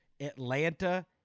atlanta